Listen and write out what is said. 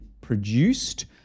produced